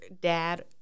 dad